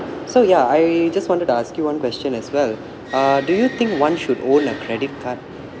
so ya I just wanted to ask you one question as well uh do you think one should own a credit card